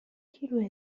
کیلو